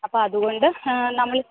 അപ്പം അതുകൊണ്ട് നമ്മൾ